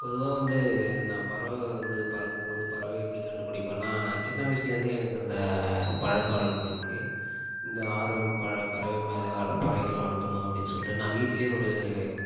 பொதுவாக வந்து நான் பறவை வந்து பறக்கும்போது பறவையை எப்படி கண்டுபிடிப்பேன்னா நான் சின்ன வயசிலேருந்தே எனக்கு அந்த பழக்கவழக்கம் இருக்குது இந்த ஆறு ப பறவை மேலே வள பறவைகள் வளர்க்கணும் அப்படின்னு சொல்லிட்டு நான் வீட்டிலேயே ஒரு